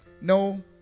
no